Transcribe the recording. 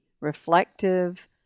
reflective